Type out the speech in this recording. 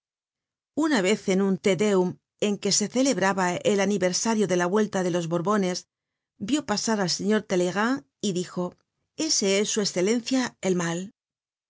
una vez en un te deum en que se celebraba el aniversario de la vuelta de los borbones vió pasar al señor talleyrand y dijo ese es su escelencia el mal